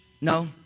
No